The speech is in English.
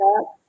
up